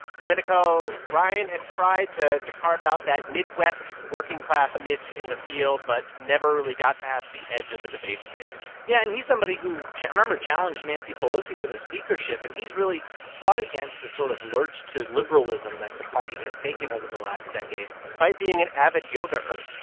domenico, ryan had tried to to carve out that midwest working-class niche in the field but never really got past the edge of the debate stage yeah, and he's somebody who remember challenged nancy pelosi for the speakership, and he's really fought against the sort of lurch to liberalism that the party has taken over the last decade despite being an avid yoga-er